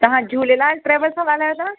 तव्हां झूलेलाल ट्रैवल्स मां ॻाल्हायो था